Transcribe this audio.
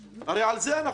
הרי על זה אנחנו מצביעים.